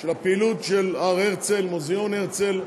של הפעילות של הר הרצל, מוזיאון הרצל.